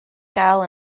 gael